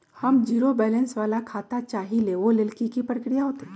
हम zero balance वाला खाता चाहइले वो लेल की की प्रक्रिया होतई?